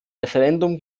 referendum